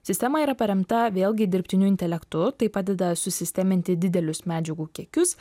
sistema yra paremta vėlgi dirbtiniu intelektu tai padeda susisteminti didelius medžiagų kiekius